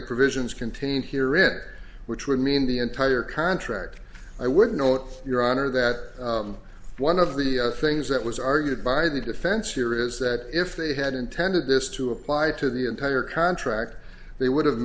the provisions contained here in which would mean the entire contract i would note your honor that one of the things that was argued by the defense here is that if they had intended this to apply to the entire contract they would have